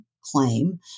claim